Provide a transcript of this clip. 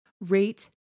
rate